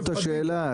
זאת השאלה.